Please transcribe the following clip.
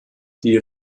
die